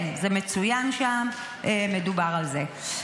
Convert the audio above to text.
כן, זה מצוין שם, מדובר על זה.